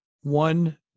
one